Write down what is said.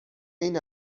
این